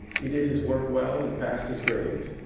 he did his work well and passed his grades.